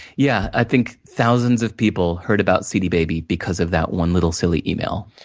yeah, i think thousands of people heard about cdbaby, because of that one little silly email.